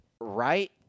Right